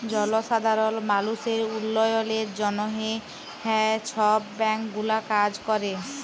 জলসাধারল মালুসের উল্ল্যয়লের জ্যনহে হাঁ ছব ব্যাংক গুলা কাজ ক্যরে